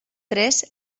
tres